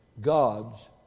God's